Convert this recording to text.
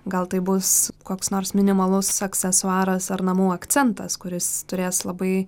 gal tai bus koks nors minimalus aksesuaras ar namų akcentas kuris turės labai